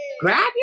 grab